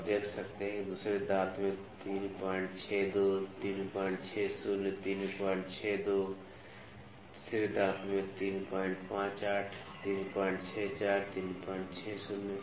तो आप देख सकते हैं कि दूसरे दांत में 362 360 362 तीसरे दांत में 358 364 360